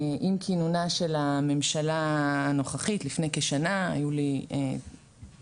עם כינונה של הממשלה הנוכחית לפני כשנה היו לי הזדמנויות